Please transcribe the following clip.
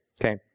Okay